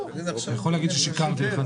אתה לא יכול להגיד ששיקרתי לך.